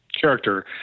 character